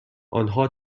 آنها